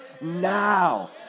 now